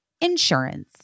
insurance